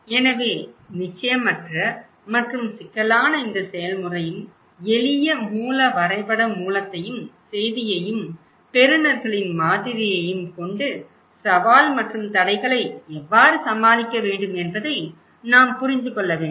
எனவே நிச்சயமற்ற மற்றும் சிக்கலான இந்த செயல்முறையின் எளிய மூல வரைபட மூலத்தையும் செய்தியையும் பெறுநர்களின் மாதிரியையும் கொண்டு சவால் மற்றும் தடைகளை எவ்வாறு சமாளிக்க வேண்டும் என்பதை நாம் புரிந்து கொள்ள வேண்டும்